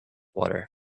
water